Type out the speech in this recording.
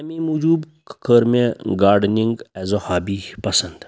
اَمی موٗجوٗب کٔر مےٚ گاڈنِنٛگ ایز اےٚ ہابی پَسنٛد